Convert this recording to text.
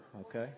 okay